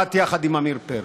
את, יחד עם עמיר פרץ.